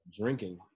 drinking